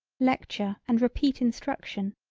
lecture and repeat instruction.